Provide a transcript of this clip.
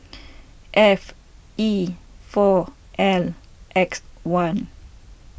F E four L X one